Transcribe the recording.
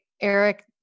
Eric